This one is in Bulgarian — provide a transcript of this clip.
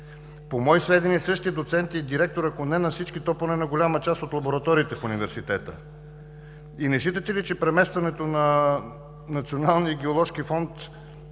По мои сведения същият доцент е и директор, ако не на всички, то поне на голяма част от лабораториите в университета. Не считате ли, че преместването на Националния геоложки фонд